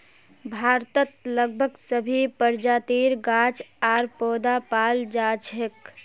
भारतत लगभग सभी प्रजातिर गाछ आर पौधा पाल जा छेक